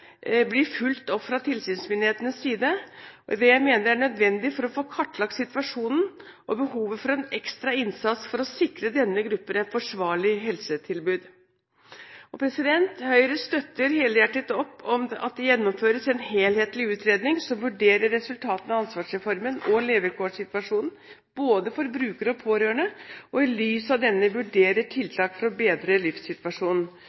blir fulgt opp fra tilsynsmyndighetenes side. Det mener jeg er nødvendig for å få kartlagt situasjonen og behovet for en ekstra innsats for å sikre denne gruppen et forsvarlig helsetilbud. Høyre støtter helhjertet opp om at det gjennomføres en helhetlig utredning som vurderer resultatene av ansvarsreformen og levekårssituasjonen for både brukere og pårørende, og i lys av denne vurderer tiltak for å bedre livssituasjonen,